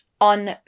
on